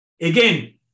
Again